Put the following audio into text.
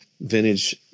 vintage